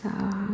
आओर